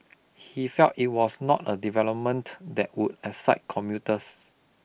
he felt it was not a development that would excite commuters